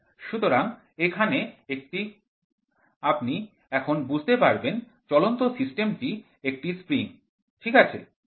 সুতরাং এখানে আপনি এখন বুঝতে পারবেন চলন্ত সিস্টেমটি একটি স্প্রিং ঠিক আছে